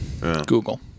Google